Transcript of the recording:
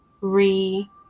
re